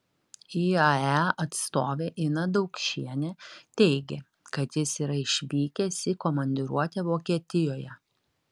iae atstovė ina daukšienė teigė kad jis yra išvykęs į komandiruotę vokietijoje